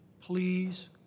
Please